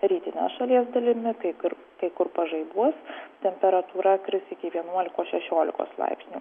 rytine šalies dalimi kai kur kai kur pažaibuos temperatūra kris iki vienuolikos šešiolikos laipsnių